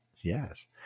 Yes